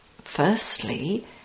Firstly